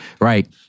right